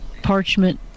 parchment